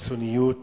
לקיצוניות